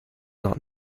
not